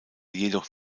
jedoch